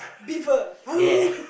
beaver